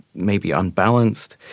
maybe unbalanced,